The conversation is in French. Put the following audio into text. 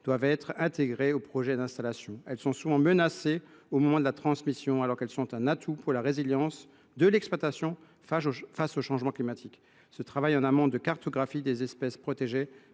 doivent être intégrées au projet d’installation. Elles sont souvent menacées au moment de la transmission alors qu’elles constituent un atout pour la résilience de l’exploitation face au changement climatique. Mener ainsi en amont ce travail de cartographie des espèces protégées